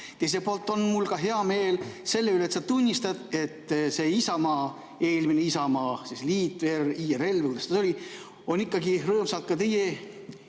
teiselt poolt on mul hea meel selle üle, et sa tunnistad: see Isamaa, eelmine Isamaaliit ehk IRL või kuidas see oligi, on ikkagi rõõmsalt ka teie